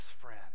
friend